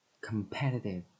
Competitive